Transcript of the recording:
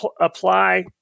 apply